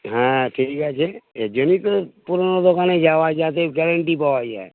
হ্যাঁ ঠিক আছে এর জন্যই তো পুরোনো দোকানে যাওয়া যাতে গ্যারেন্টি পাওয়া যায়